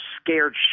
scared